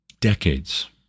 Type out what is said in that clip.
Decades